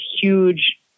huge